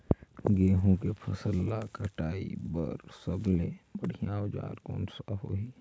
गहूं के फसल ला कटाई बार सबले बढ़िया औजार कोन सा होही?